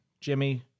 Jimmy